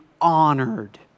honored